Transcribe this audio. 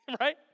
Right